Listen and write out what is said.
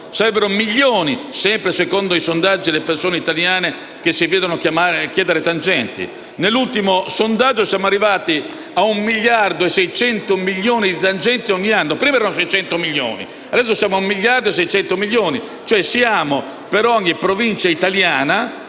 Sarebbero milioni, sempre secondo i sondaggi, le persone italiane che si vedono chiedere tangenti e nell'ultimo sondaggio, siamo arrivati a 160 miliardi di tangenti ogni anno. Prima erano 60 miliardi, adesso siamo a 160 miliardi, cioè,